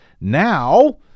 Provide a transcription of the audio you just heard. Now